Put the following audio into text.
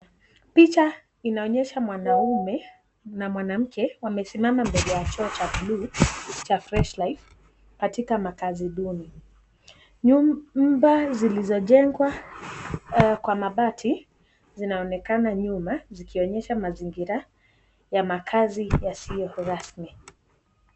Picha inaonyesha mwanaume na mwanamke wamesimama mbele ya choo cha bluu cha fresh life katika makazi duni. Nyumba zilizojengwa kwa mabati zinaonekana nyuma zikionyesha mazingira ya makazi yasiyo rasmi.